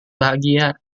bahagia